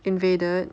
invaded